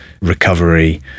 recovery